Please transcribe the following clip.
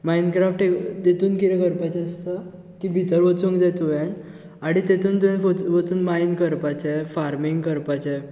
Minecraft ही तेतून कितें करपाचें आसता की भितर वचूंक जाय तुंवेन आनी तेतून तुंवेन वचू वचून मायन करपाचें फार्मींग करपाचें